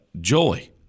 joy